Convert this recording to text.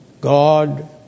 God